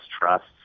trusts